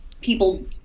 people